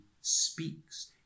speaks